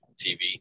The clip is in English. TV